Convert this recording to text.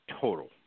total